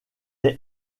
est